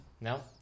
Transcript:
No